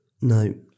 No